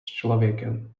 člověkem